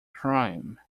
crime